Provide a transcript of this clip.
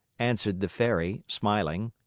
answered the fairy, smiling.